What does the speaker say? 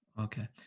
okay